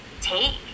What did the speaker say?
take